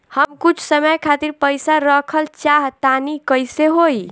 हम कुछ समय खातिर पईसा रखल चाह तानि कइसे होई?